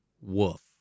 Woof